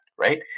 right